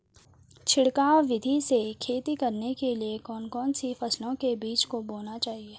छिड़काव विधि से खेती करने के लिए कौन कौन सी फसलों के बीजों को बोना चाहिए?